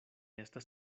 estas